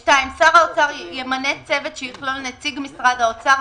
" (2) שר האוצר ימנה צוות שיכלול נציג משרד האוצר,